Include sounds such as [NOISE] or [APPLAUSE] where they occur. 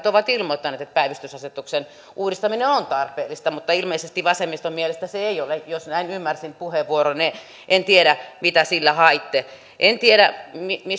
[UNINTELLIGIBLE] ovat ilmoittaneet että päivystysasetuksen uudistaminen on tarpeellista mutta ilmeisesti vasemmiston mielestä se ei ole jos ymmärsin puheenvuoronne en tiedä mitä sillä haitte en tiedä